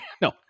No